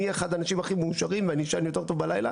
אני אהיה אחד האנשים הכי מאושרים ואני אשן יותר טוב בלילה